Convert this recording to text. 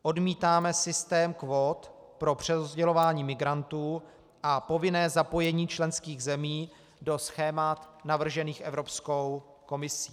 Odmítáme systém kvót pro přerozdělování migrantů a povinné zapojení členských zemí do schémat navržených Evropskou komisí.